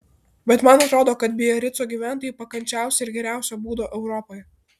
bet man atrodo kad biarico gyventojai pakančiausi ir geriausio būdo europoje